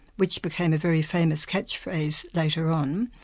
which became a very famous catchphrase later on.